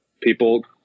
people